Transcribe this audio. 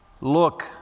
Look